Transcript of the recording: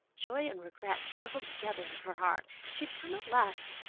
joy and regret struggled together in her heart. she had come at last.